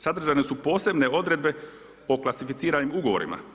Sadržane su posebne odredbe o klasificiranim ugovorima.